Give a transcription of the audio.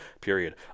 period